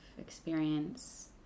experience